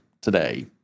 today –